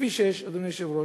בכביש 6, אדוני היושב-ראש,